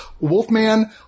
Wolfman